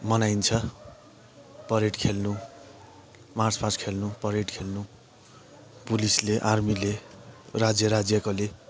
मनाइन्छ परेड खेल्नु march past खेल्नु परेड खेल्नु पुलिसले आर्मीले राज्य राज्यकोले